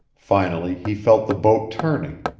finally, he felt the boat turning,